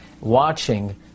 watching